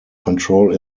control